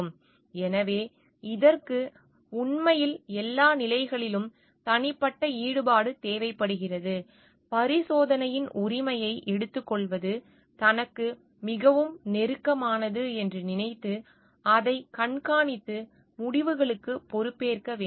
எனவே இதற்கு உண்மையில் எல்லா நிலைகளிலும் தனிப்பட்ட ஈடுபாடு தேவைப்படுகிறது பரிசோதனையின் உரிமையை எடுத்துக்கொள்வது தனக்கு மிகவும் நெருக்கமானது என்று நினைத்து அதைக் கண்காணித்து முடிவுகளுக்குப் பொறுப்பேற்க வேண்டும்